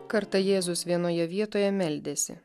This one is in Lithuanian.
kartą jėzus vienoje vietoje meldėsi